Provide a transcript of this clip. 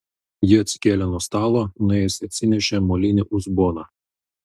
ji atsikėlė nuo stalo nuėjusi atsinešė molinį uzboną